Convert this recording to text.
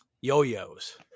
Yo-yos